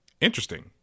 interesting